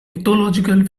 mythological